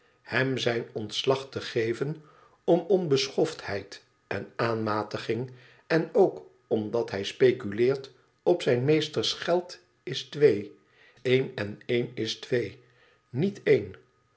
hem zijn ontslag te geven om onbeschoftheid en aanmatiging en ook omdat hij speculeert op zijn meesters geld is twee een en een is twee niet één